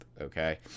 Okay